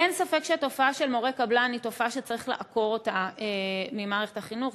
אין ספק שהתופעה של מורי קבלן היא תופעה שצריך לעקור ממערכת החינוך.